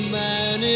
man